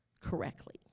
correctly